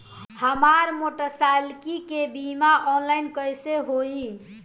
हमार मोटर साईकीलके बीमा ऑनलाइन कैसे होई?